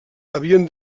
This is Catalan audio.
havien